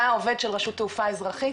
אתה עובד של רשות תעופה אזרחית,